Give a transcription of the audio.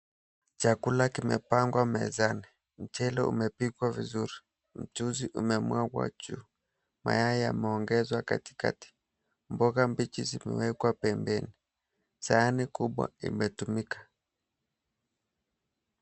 Chakula kimepangwa mezani, mchele umepikwa vizuri, mchuzi umemwagwa juu, mayai yameongezwa katikati, mboga mbichi zimewekwa pembeni, sahani kubwa imetumika.